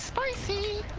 by see